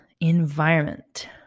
environment